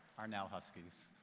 are now huskies.